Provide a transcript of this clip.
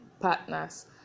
Partners